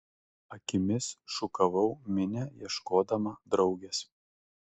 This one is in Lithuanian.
akimis šukavau minią ieškodama draugės